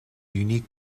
unique